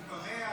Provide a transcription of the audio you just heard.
מתפרע,